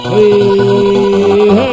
Hey